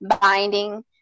binding